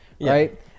right